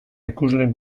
ikusleen